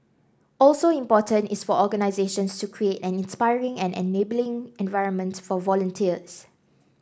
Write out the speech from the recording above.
also important is for organisations to create an inspiring and enabling environment for volunteers